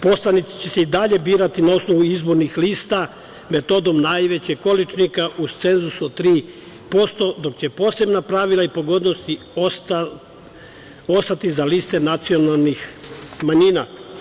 Poslanici će se i dalje birati na osnovu izbornih lista metodom najvećeg količnika, uz cenzus od 3%, dok će posebna pravila i pogodnosti ostati za liste nacionalnih manjina.